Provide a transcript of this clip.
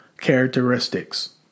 characteristics